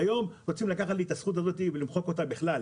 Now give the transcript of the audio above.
והיום רוצים לקחת ממני את הזכות הזאת ולמחוק אותה לגמרי.